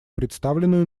представленную